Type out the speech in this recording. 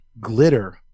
glitter